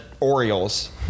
Orioles